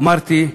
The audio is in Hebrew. אמרתי,